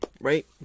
right